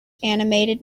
animated